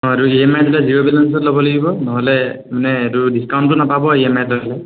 অঁ এইটো E M আইত ল'লে জিৰ' বেলেঞ্চত ল'ব লাগিব নহ'লে মানে এইটো ডিচকাউণ্টো নাপাব ই এম আই ল'লে